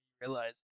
realize